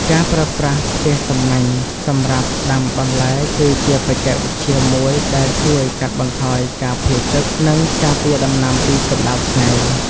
ការប្រើប្រាស់ផ្ទះសំណាញ់សម្រាប់ដាំបន្លែគឺជាបច្ចេកវិទ្យាមួយដែលជួយកាត់បន្ថយការភាយទឹក និងការពារដំណាំពីកម្តៅថ្ងៃ។